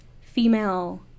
female